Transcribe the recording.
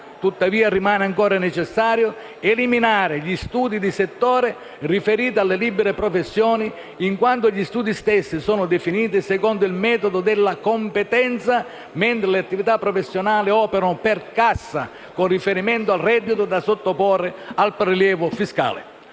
Tuttavia, rimane ancora necessario eliminare gli studi di settore riferiti alle libere professioni, in quanto gli studi stessi sono definiti secondo il metodo della competenza, mentre le attività professionali operano per cassa, con riferimento al reddito da sottoporre al prelievo fiscale.